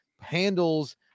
handles